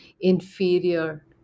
inferior